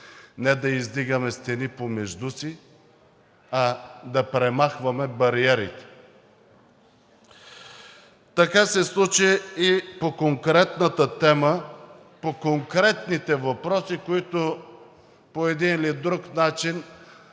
не да издигаме стени помежду си, а да премахваме бариерите. Така се случи и по конкретната тема, по конкретните въпроси, които по един или друг начин